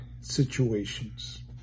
situations